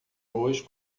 hoje